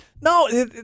No